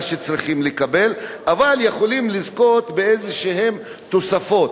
שצריכים לקבל אבל יכולים לזכות באיזה תוספות.